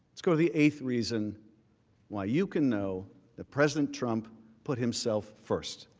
let's go to the eighth reason why you can know that president trump put himself first.